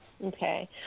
Okay